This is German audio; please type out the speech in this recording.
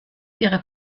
ihre